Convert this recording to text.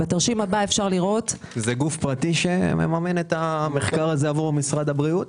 זה גוף פרטי שמממן את המחקר עבור משרד הבריאות?